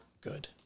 good